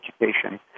education